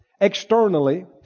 externally